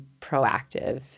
proactive